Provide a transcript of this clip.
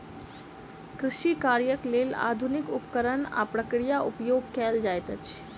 कृषि कार्यक लेल आधुनिक उपकरण आ प्रक्रिया उपयोग कयल जाइत अछि